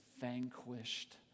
vanquished